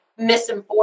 misinform